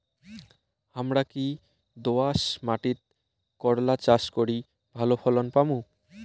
হামরা কি দোয়াস মাতিট করলা চাষ করি ভালো ফলন পামু?